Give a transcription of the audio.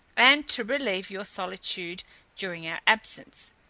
and to relieve your solitude during our absence.